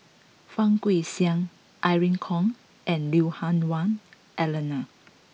Fang Guixiang Irene Khong and Lui Hah Wah Elena